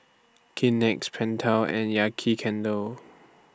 Kleenex Pentel and Yankee Candle